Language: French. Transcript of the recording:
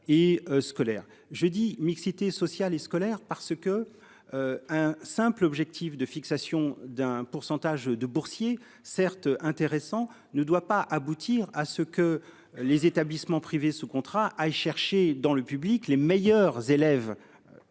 Je dis, mixité sociale et scolaire parce que. Un simple objectif de fixation d'un pourcentage de boursiers certes intéressant ne doit pas aboutir à ce que les établissements privés sous contrat aille chercher dans le public, les meilleurs élèves.